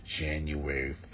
January